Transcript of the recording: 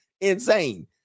insane